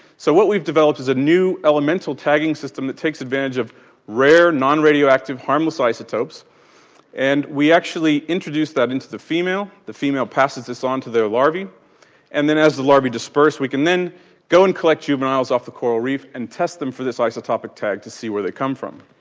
so what we've developed is a new elemental tagging system that takes advantage of rare, non-radioactive harmless isotopes and we actually introduce that into the female, the female passes this on to the larvae and then as the larvae disperse we can then go and collect juveniles off the coral reef and test them for this isotopic tag to see where they come from.